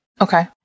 Okay